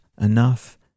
enough